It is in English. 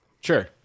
Sure